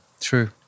True